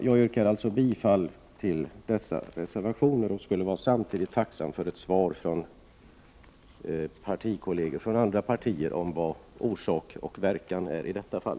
Jag yrkar bifall till dessa reservationer, och jag vore tacksam om jag från kolleger från andra partier kunde få ett svar på mina frågor om orsak och verkan i detta fall.